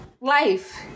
life